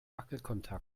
wackelkontakt